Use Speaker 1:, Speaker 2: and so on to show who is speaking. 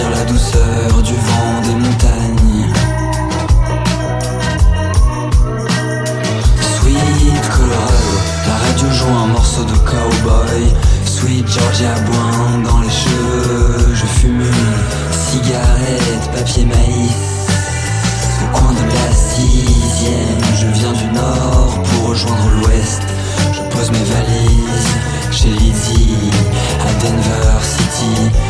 Speaker 1: Sur la douceur du vent des montagnes. Sweet Colorado, la radio joue un morceau de cowboy. Sweet Georgia boing dans les cheveux. Je fume une cigarette, papier maïs. Au coin de la sixième, je viens du nord pour rejoindre l'ouest. Je pose mes valises chez Lizzie à Denver City.